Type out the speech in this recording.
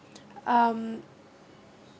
um